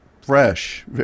fresh